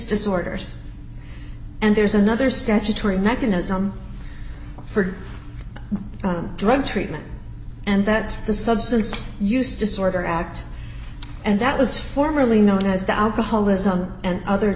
disorders and there's another statutory mechanism for drug treatment and that the substance use disorder act and that was formerly known as the alcoholism and other